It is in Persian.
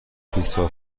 پیتزا